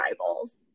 rivals